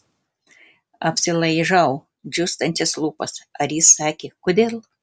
apsilaižau džiūstančias lūpas ar jis sakė kodėl